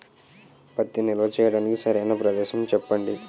పత్తి నిల్వ చేయటానికి సరైన ప్రదేశం చెప్పండి?